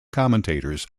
commentators